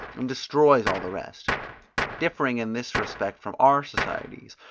and destroys all the rest differing in this respect from our societies,